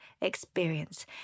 experience